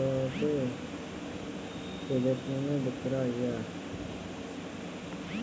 ఇంత అప్పయి పోనోల్లకి పెబుత్వమే దిక్కురా అయ్యా